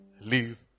leave